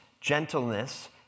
gentleness